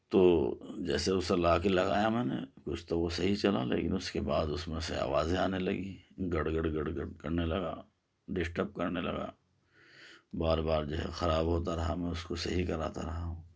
تو جیسے اسے لا کے لگایا میں نے کچھ تو وہ صحیح چلا لیکن اس کے بعد اس میں سے آوازیں آنے لگیں گڑ گڑ گڑ گڑ کرنے لگا ڈسٹرب کرنے لگا بار بار جو ہے خراب ہوتا رہا میں اس کو صحیح کراتا رہا